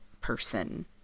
person